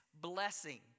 blessing